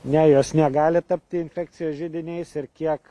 ne jos negali tapti infekcijos židiniais ir kiek